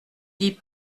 dit